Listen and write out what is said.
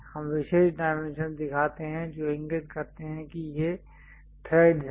हम विशेष डाइमेंशंस दिखाते हैं जो इंगित करते हैं कि ये थ्रेडस् हैं